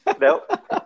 nope